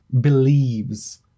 believes